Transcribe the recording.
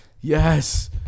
Yes